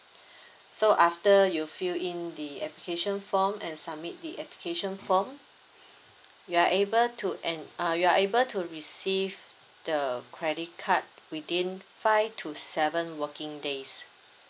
so after you fill in the application form and submit the application form you are able to en~ uh you are able to receive the credit card within five to seven working days